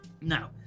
no